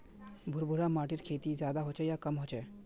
भुर भुरा माटिर खेती ज्यादा होचे या कम होचए?